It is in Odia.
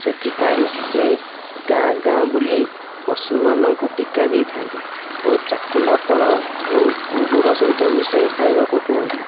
ସେଥିପାଇଁ ସେ ଗାଁ ଗାଁ ବୁଲି ପଶୁମାନଙ୍କୁ ଟୀକା ଦେଇଥାନ୍ତି ଓ ଚାକୁଣ୍ଡା ଫଳ କୁ ଗୁଡ଼ ସହିତ ମିଶାଇ ଖାଇବାକୁ କୁହନ୍ତି